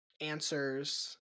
answers